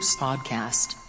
podcast